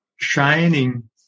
shining